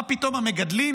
מה פתאום המגדלים